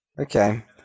okay